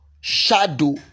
Shadow